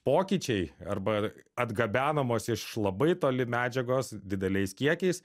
pokyčiai arba atgabenamos iš labai toli medžiagos dideliais kiekiais